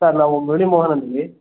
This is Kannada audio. ಸರ್ ನಾವು ಮುರಳಿ ಮೋಹನ್ ಅಂದು ಹೇಳಿ